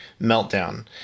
Meltdown